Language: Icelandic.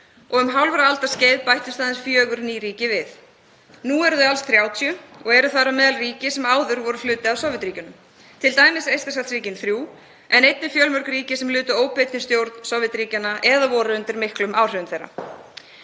og um hálfrar aldar skeið bættust aðeins fjögur ný ríki við. Nú eru þau alls 30 og eru þar á meðal ríki sem áður voru hluti af Sovétríkjunum, t.d. Eystrasaltsríkin þrjú, en einnig fjölmörg ríki sem lutu óbeinni stjórn Sovétríkjanna eða voru undir miklum áhrifum þeirra.